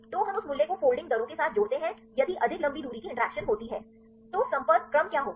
तो हम उस मूल्य को फोल्डिंग दरों के साथ जोड़ते हैं यदि अधिक लंबी दूरी की इंटरैक्शन होती है तो संपर्क क्रम का क्या होगा